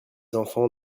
enfants